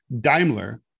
Daimler